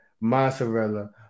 mozzarella